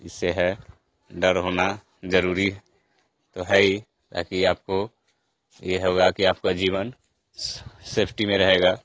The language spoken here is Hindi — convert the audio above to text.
इससे है डर होना जरूरी तो है ही ताकि आपको ये होगा कि आपका जीवन सेफ़्टी में रहेगा